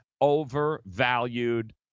overvalued